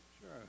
Sure